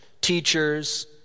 teachers